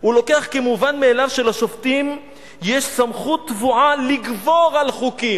הוא לוקח כמובן מאליו שלשופטים יש סמכות טבועה לגבור על חוקים".